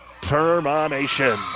Termination